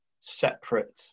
separate